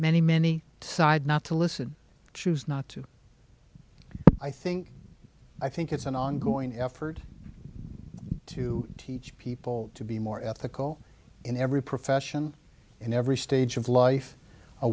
many many decide not to listen choose not to i think i think it's an ongoing effort to teach people to be more ethical in every profession in every stage of life